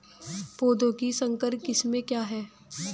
पौधों की संकर किस्में क्या हैं?